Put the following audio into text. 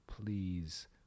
please